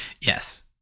yes